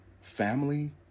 Family